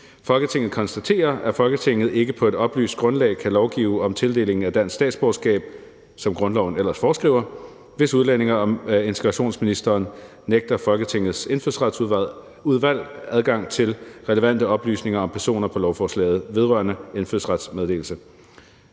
Konservative anfører, at Folketinget ikke på et oplyst grundlag kan lovgive om tildeling af dansk statsborgerskab, hvis udlændinge- og integrationsministeren nægter Folketingets Indfødsretsudvalg adgang til relevante oplysninger om personer på lovforslaget. Konservative ønsker således,